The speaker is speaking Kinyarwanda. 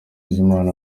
bizimana